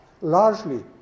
largely